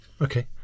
Okay